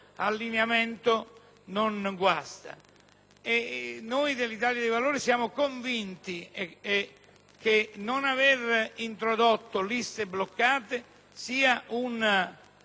dell'Italia dei Valori è convinto che non avere introdotto liste bloccate sia una conquista per tutti;